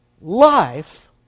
life